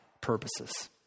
purposes